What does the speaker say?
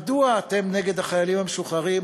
מדוע אתם נגד החיילים המשוחררים,